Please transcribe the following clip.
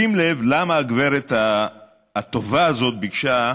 שים לב למה הגברת הטובה הזאת ביקשה,